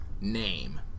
name